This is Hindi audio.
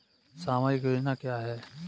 सामाजिक योजना क्या है?